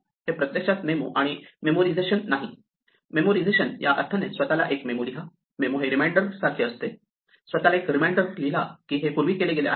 हे प्रत्यक्षात मेमो आहे आणि मेमोरिझेशन नाही मेमोरिझेशन या अर्थाने स्वतःला एक मेमो लिहा मेमो हे रिमाइंडर सारखे आहे स्वतःला एक रिमाइंडर लिहा की हे यापूर्वी केले गेले आहे